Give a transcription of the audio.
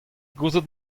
gouzout